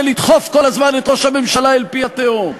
לדחוף כל הזמן את ראש הממשלה אל פי התהום.